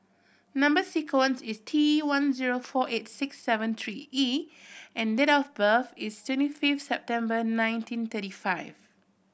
number sequence is T one zero four eight six seven three E and date of birth is twenty fifth September nineteen thirty five